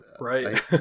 right